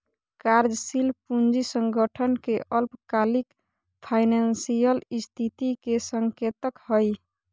कार्यशील पूंजी संगठन के अल्पकालिक फाइनेंशियल स्थिति के संकेतक हइ